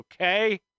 okay